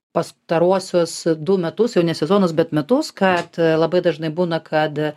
pastaruosius du metus jau ne sezonas bet metus kad labai dažnai būna kad